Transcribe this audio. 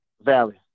Valley